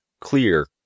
clear